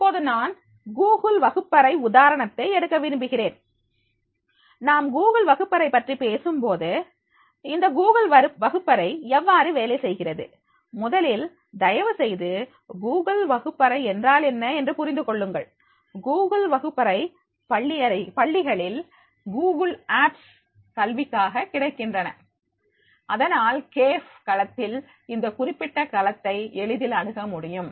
இப்போது நான் கூகுள் வகுப்பறை உதாரணத்தை எடுக்க விரும்புகிறேன் நாம் கூகுள் வகுப்பறை பற்றி பேசும்போது இந்த கூகுள் வகுப்பறை எவ்வாறு வேலை செய்கிறது முதலில் தயவுசெய்து கூகுள் வகுப்பறை என்றால் என்ன என்று புரிந்து கொள்ளுங்கள் கூகுள் வகுப்பறை பள்ளிகளில் கூகுள் ஆப்ஸ் கல்விக்காக கிடைக்கின்றன அதனால் கேப்ஃ களத்தில் இந்த குறிப்பிட்ட களத்தை எளிதில் அணுக முடியும்